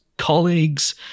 colleagues